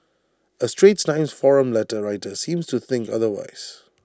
A straits times forum letter writer seems to think otherwise